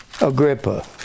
Agrippa